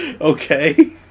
Okay